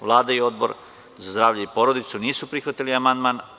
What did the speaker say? Vlada i Odbor za zdravlje i porodicu nisu prihvatili amandman.